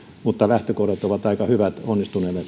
mutta lähtökohdat ovat aika hyvät onnistuneelle